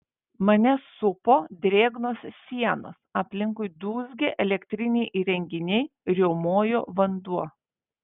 mane supo drėgnos sienos aplinkui dūzgė elektriniai įrenginiai riaumojo vanduo